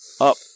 up